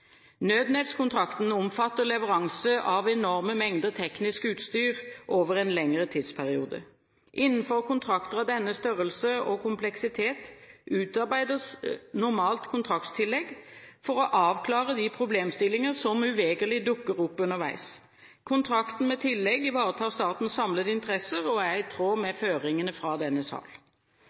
omfatter leveranse av enorme mengder teknisk utstyr over en lengre tidsperiode. Innenfor kontrakter av denne størrelse og kompleksitet utarbeides normalt kontraktstillegg for å avklare de problemstillinger som uvegerlig dukker opp underveis. Kontrakten med tillegg ivaretar statens samlede interesser og er i tråd med føringene fra denne